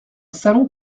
salon